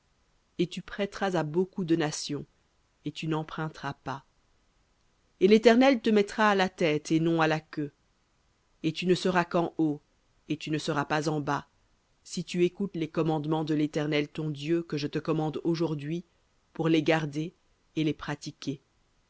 et tu prêteras à beaucoup de nations et tu n'emprunteras pas et l'éternel te mettra à la tête et non à la queue et tu ne seras qu'en haut et tu ne seras pas en bas si tu écoutes les commandements de l'éternel ton dieu que je te commande aujourd'hui pour les garder et les pratiquer